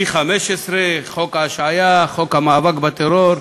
V15, חוק ההשעיה, חוק המאבק בטרור,